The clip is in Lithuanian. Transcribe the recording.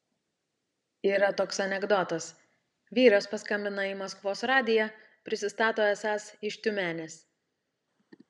yra toks anekdotas vyras paskambina į maskvos radiją prisistato esąs iš tiumenės